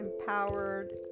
empowered